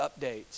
updates